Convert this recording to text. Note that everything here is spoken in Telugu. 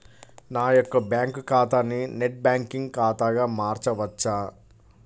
నా యొక్క బ్యాంకు ఖాతాని నెట్ బ్యాంకింగ్ ఖాతాగా మార్చవచ్చా?